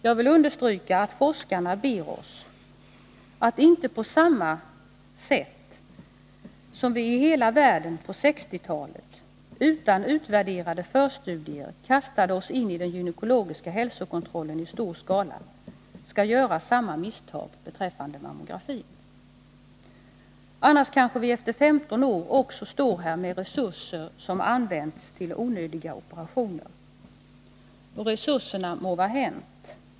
Jag vill understryka att forskarna ber oss att inte göra samma misstag beträffande mammografin som gjordes över hela världen på 1960-talet, då man utan utvärderade förstudier i stor skala satte i gång med gynekologiska hälsokontroller. I så fall kommer vi om kanske 15 år att konstatera att resurserna använts till ”onödiga operationer”. Det må för all del vara hänt att resurserna har använts.